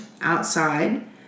outside